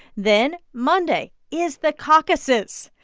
then monday is the caucuses,